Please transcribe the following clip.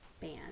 band